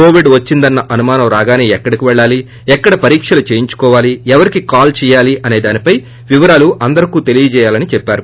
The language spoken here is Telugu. కోవిడ్ వచ్చిందన్న అనుమానం రాగానే ఎక్కడకు పెల్లాలి ఎక్కడ పరీక్షలు చేయించుకోవాలి ఎవరికి కాల్ చేయాలన్న దానిపై వివరాలు అందరికీ తెలియజేయాలని చెప్పారు